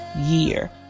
year